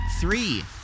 three